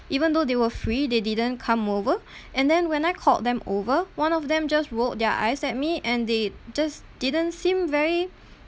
even though they were free they didn't come over and then when I called them over one of them just rolled their eyes at me and they just didn't seem very